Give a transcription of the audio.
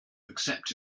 accept